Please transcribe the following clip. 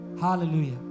Hallelujah